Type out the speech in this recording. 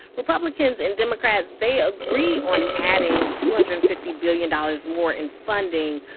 republicans and democrats they agree on adding two hundred and fifty billion dollars more in funding.